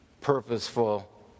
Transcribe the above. purposeful